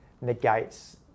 negates